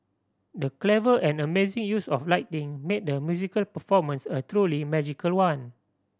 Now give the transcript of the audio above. the clever and amazing use of lighting made the musical performance a truly magical one